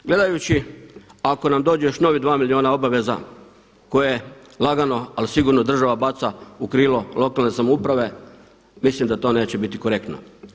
Gledajući ako nam dođe još novih dva milijuna obaveza koje lagano ali sigurno država baca u krilo lokalne samouprave, mislim da to neće biti korektno.